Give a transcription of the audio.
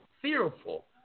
fearful